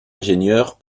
ingénieur